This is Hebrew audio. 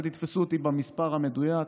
אל תתפסו אותי במספר המדויק,